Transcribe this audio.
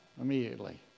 immediately